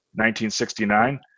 1969